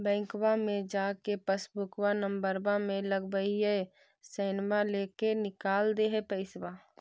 बैंकवा मे जा के पासबुकवा नम्बर मे लगवहिऐ सैनवा लेके निकाल दे है पैसवा?